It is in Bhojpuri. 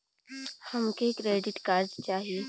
हमके क्रेडिट कार्ड चाही